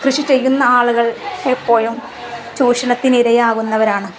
കൃഷി ചെയ്യുന്നയാളുകൾ എപ്പോഴും ചൂഷണത്തിനിരയാകുന്നവരാണ്